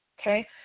okay